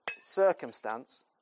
circumstance